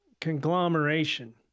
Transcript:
conglomeration